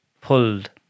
pulled